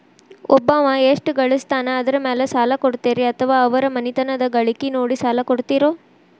ಒಬ್ಬವ ಎಷ್ಟ ಗಳಿಸ್ತಾನ ಅದರ ಮೇಲೆ ಸಾಲ ಕೊಡ್ತೇರಿ ಅಥವಾ ಅವರ ಮನಿತನದ ಗಳಿಕಿ ನೋಡಿ ಸಾಲ ಕೊಡ್ತಿರೋ?